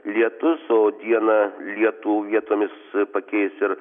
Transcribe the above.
lietus o dieną lietų vietomis pakeis ir